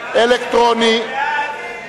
אלקטרונית.